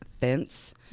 Fence